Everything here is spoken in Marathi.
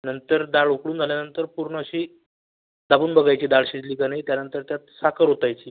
नंतर दाळ उकळून झाल्यानंतर पूर्न अशी दाबून बघायची दाळ अशी शिजली का नाई त्यानंतर त्यात साखर ओतायची